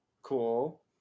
Cool